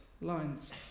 lines